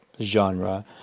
genre